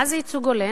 מה זה ייצוג הולם?